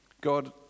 God